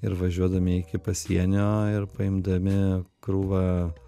ir važiuodami iki pasienio ir paimdami krūvą